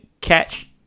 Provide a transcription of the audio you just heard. catch